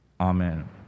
Amen